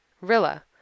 Rilla